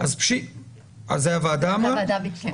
--- אתה זה הוועדה ביקשה.